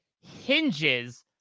hinges